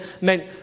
meant